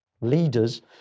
leaders